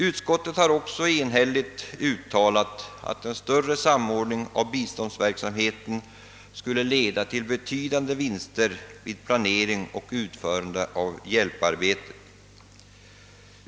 Utskottet har också enhälligt uttalat, att en större samordning av biståndsverksamheten skulle leda till betydande vinster vid planläggningen och utförandet av hjälparbetet.